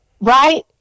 right